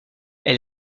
elle